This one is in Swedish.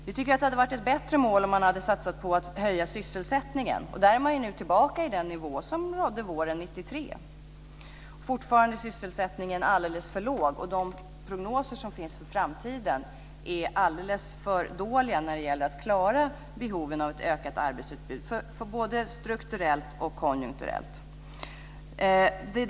Det hade varit ett bättre mål att satsa på att höja sysselsättningen. Där är man tillbaka på den nivå som rådde våren 1993. Fortfarande är sysselsättningen alldeles för låg. De prognoser som finns för framtiden är alldeles för dåliga när det gäller att klara behoven av ett ökat arbetsutbud både strukturellt och konjunkturellt.